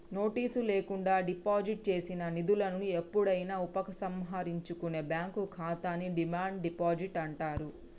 notice లేకుండా deposit చేసిన నిధులను ఎప్పుడైనా ఉపసంహరించుకునే బ్యాంక్ ఖాతాని డిమాండ్ డిపాజిట్ అంటారు